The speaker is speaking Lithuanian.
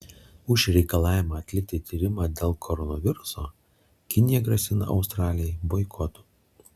už reikalavimą atlikti tyrimą dėl koronaviruso kinija grasina australijai boikotu